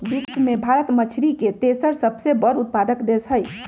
विश्व में भारत मछरी के तेसर सबसे बड़ उत्पादक देश हई